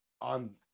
on